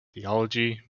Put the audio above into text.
theology